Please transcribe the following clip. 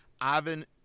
Ivan